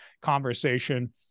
conversation